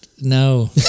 No